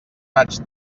raig